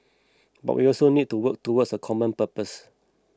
but we also need to work towards a common purpose